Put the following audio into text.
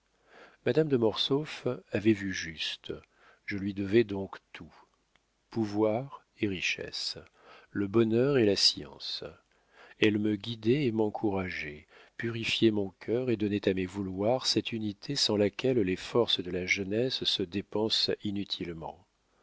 madame de mortsauf avait vu juste je lui devais donc tout pouvoir et richesse le bonheur et la science elle me guidait et m'encourageait purifiait mon cœur et donnait à mes vouloirs cette unité sans laquelle les forces de la jeunesse se dépensent inutilement